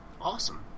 Awesome